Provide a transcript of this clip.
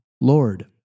Lord